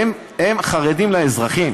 הם חרדים לאזרחים,